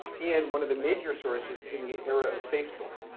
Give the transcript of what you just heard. and one of the major sources in the era of facebook.